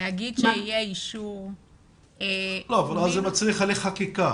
אז זה מצריך חקיקה.